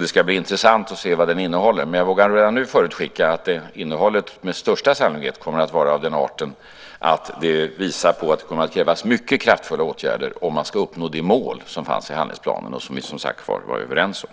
Det ska bli intressant att se vad den innehåller, men jag vågar redan nu förutskicka att innehållet med största sannolikhet kommer att visa på att det kommer krävas mycket kraftfulla åtgärder om man ska uppnå det mål som fanns i handlingsplanen och som vi, som sagt var, var överens om.